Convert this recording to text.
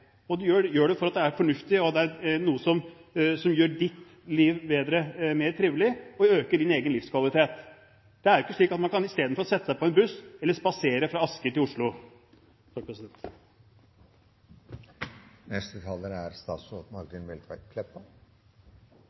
og det er noe som gjør ditt liv bedre og mer trivelig, og som øker din egen livskvalitet. Det er ikke slik at man istedenfor kan sette seg på en buss eller spasere fra Asker til Oslo. Lat meg berre aller fyrst for ordens skuld – i tilfelle Nesvik har misforstått – gjera det heilt klart: Eg legg til grunn at det er